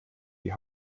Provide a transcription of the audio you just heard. die